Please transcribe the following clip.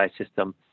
system